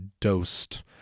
dosed